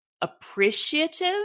appreciative